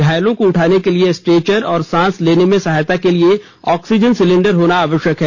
घायल को उठाने के लिए स्ट्रेचर और सांस लेने में सहायता के लिए ऑक्सीजन सिलेंडर होना चाहिए